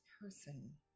person